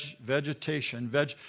Vegetation